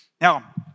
Now